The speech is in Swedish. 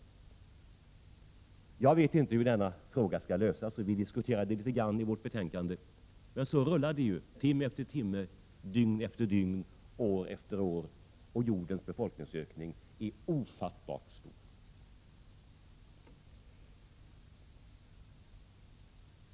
Jag vet inte hur denna fråga skall lösas, och vi diskuterar det litet grand i vårt betänkande. Men så rullar det på timme efter timme, dygn efter dygn, år efter år, och jordens befolkningsökning är ofattbart stor.